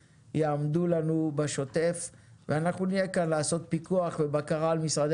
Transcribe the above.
יעמדו לנו בשוטף ואנחנו נהיה כאן לעשות פיקוח ובקרה על משרד